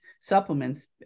supplements